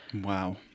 Wow